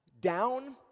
down